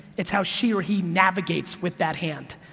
it's how she or he navigates with that hand.